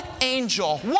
angel